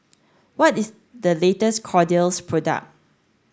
what is the latest Kordel's product